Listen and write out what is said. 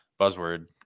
buzzword